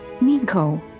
Nico